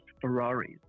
ferraris